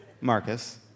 Marcus